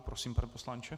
Prosím, pane poslanče.